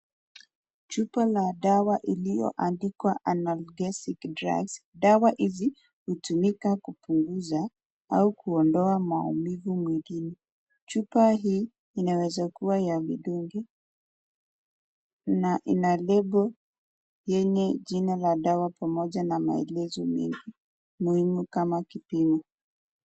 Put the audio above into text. Chupa la dawa lililoandikwa (cs)analgesic drugs(cs), dawa hizi hutumika kupunguza au kuondoa maumivu mwilini. Chupa hii inaweza kuwa ya vidonge na ina lebo yenye jina la dawa pamoja na maelezo mengi muhimu kama kipimo.